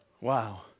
Wow